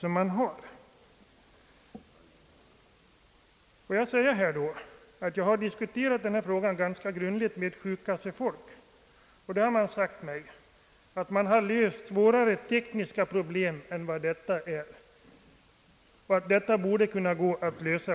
På detta vill jag svara att jag har diskuterat denna fråga ganska grundligt med sjukkassefolk. De har sagt mig att man har löst svårare tekniska problem och att således även detta borde kunna gå att lösa.